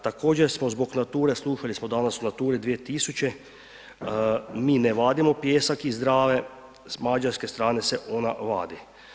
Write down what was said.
Također smo zbog nature slušali smo danas o naturi 2000, mi ne vadimo pijesak iz Drave, s mađarske strane se ona vadi.